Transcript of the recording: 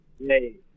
Hey